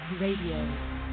Radio